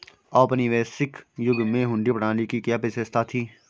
औपनिवेशिक युग में हुंडी प्रणाली की क्या विशेषता थी?